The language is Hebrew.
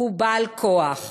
הוא בעל כוח,